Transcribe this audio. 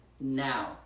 now